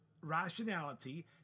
rationality